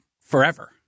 forever